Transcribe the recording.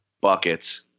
buckets